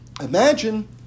Imagine